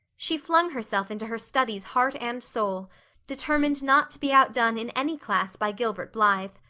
she flung herself into her studies heart and soul determined not to be outdone in any class by gilbert blythe.